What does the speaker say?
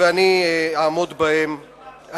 ואני אעמוד בהן.